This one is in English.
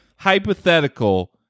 Hypothetical